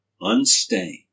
unstained